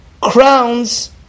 crowns